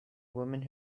woman